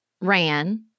ran